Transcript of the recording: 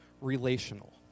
relational